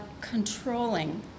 controlling